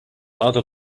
other